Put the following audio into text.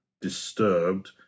disturbed